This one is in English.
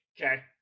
okay